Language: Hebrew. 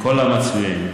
מכל המצביעים.